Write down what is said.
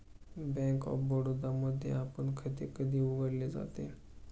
Bank of Baroda मध्ये आपण खाते कधी उघडले होते?